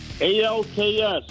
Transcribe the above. A-L-K-S